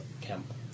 Camp